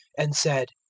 and said,